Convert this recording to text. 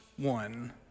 one